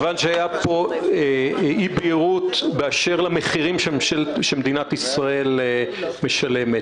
מכיוון שהייתה אי בהירות באשר למחירים שמדינת ישראל משלמת,